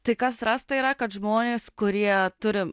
tai kas rasta yra kad žmonės kurie turi